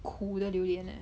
苦的榴莲 leh